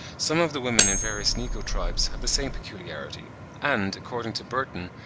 some of the women in various negro tribes have the same peculiarity and, according to burton,